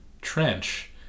trench